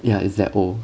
ya it's that old